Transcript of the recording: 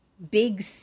big